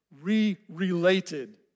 re-related